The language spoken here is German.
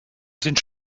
sind